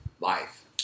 life